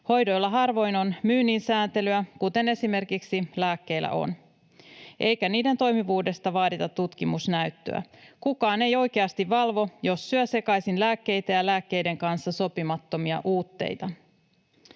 Hoidoilla harvoin on myynnin sääntelyä, kuten esimerkiksi lääkkeillä on, eikä niiden toimivuudesta vaadita tutkimusnäyttöä. Kukaan ei oikeasti valvo, jos syö sekaisin lääkkeitä ja lääkkeiden kanssa sopimattomia uutteita.